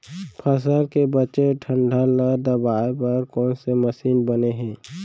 फसल के बचे डंठल ल दबाये बर कोन से मशीन बने हे?